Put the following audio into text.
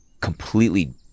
completely